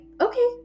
okay